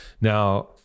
Now